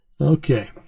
Okay